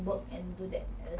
!wow! okay